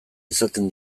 izaten